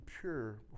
pure